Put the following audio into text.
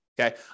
Okay